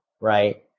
Right